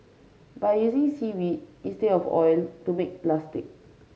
by using seaweed instead of oil to make plastic